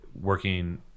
working